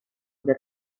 that